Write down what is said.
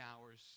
hours